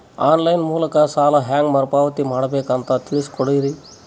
On line ಮೂಲಕ ಸಾಲ ಹೇಂಗ ಮರುಪಾವತಿ ಮಾಡಬೇಕು ಅಂತ ತಿಳಿಸ ಕೊಡರಿ?